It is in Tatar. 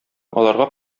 аларга